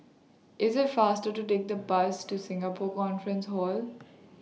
IS IT faster to Take The Bus to Singapore Conference Hall